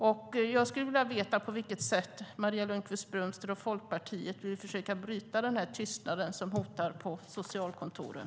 Jag skulle vilja veta på vilket sätt Maria Lundqvist-Brömster och Folkpartiet vill försöka bryta den här tystnaden som hotar på socialkontoren.